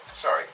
Sorry